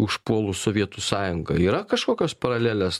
užpuolus sovietų sąjungą yra kažkokios paralelės